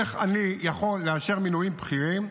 איך אני יכול לאשר מינויים בכירים,